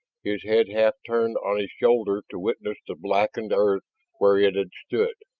his head half turned on his shoulders to witness the blackened earth where it had stood.